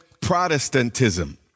Protestantism